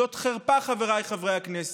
זאת חרפה, חברי הכנסת.